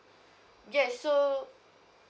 yes so